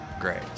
great